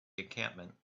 encampment